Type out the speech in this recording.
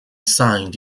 signed